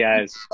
guys